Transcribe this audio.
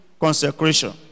consecration